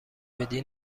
بدی